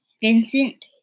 Vincent